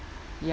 yup